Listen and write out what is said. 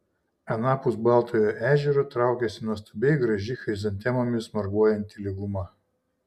anapus baltojo ežero traukėsi nuostabiai graži chrizantemomis marguojanti lyguma